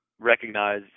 Recognize